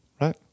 Right